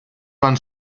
van